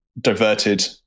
diverted